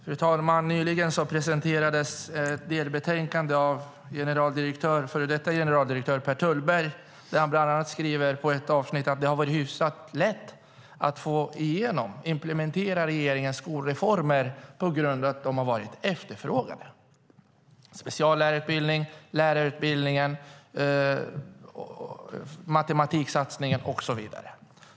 Fru talman! Nyligen presenterades ett delbetänkande av före detta generaldirektör Per Thullberg där han bland annat skriver att det har varit hyfsat lätt att få igenom, implementera, regeringens skolreformer eftersom de har varit efterfrågade. Det gäller speciallärarutbildningen, lärarutbildningen, matematiksatsningen och så vidare.